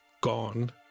gone